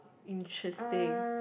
interesting